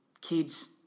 Kids